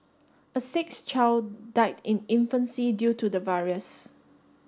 a sixth child died in infancy due to the virus